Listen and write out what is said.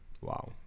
Wow